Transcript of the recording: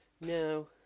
No